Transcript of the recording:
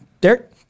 Derek